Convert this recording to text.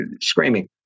Screaming